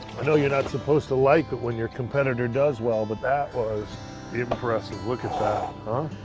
know you're not supposed to like it when your competitor does well, but that was impressive. look at that, huh?